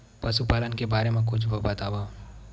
पशुपालन के बारे मा कुछु बतावव?